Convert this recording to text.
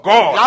God